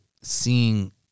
seeing